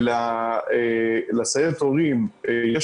שלסיירת הורים,